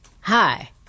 hi